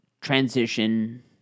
transition